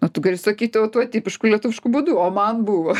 na tu gali sakyti o tuo tipiškų lietuvišku būdu o man buvo